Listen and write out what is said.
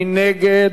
מי נגד?